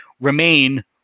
remain